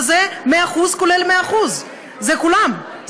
וזה 100% כולל 100%; זה כולם,